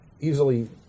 easily